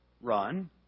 run